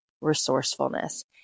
resourcefulness